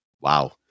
wow